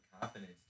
confidence